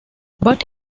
but